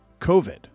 COVID